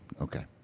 Okay